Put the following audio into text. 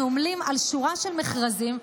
ואנחנו עמלים על שורה של מכרזים.